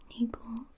equals